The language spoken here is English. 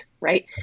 right